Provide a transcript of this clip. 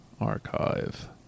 archive